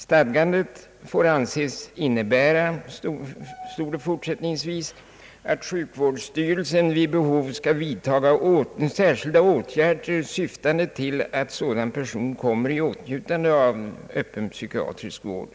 I fortsättningen angavs, att stadgandet får anses innebära att sjukvårdsstyrelsen vid behov skall vidta särskilda åtgärder, syftande till att sådan person kommer i åtnjutande av öppen psykiatrisk vård.